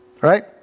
right